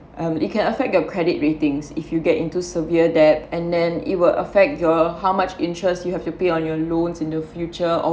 um it can affect your credit ratings if you get into severe debt and then it will affect your how much interest you have to pay on your loans in the future or